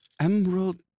emerald